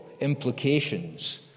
implications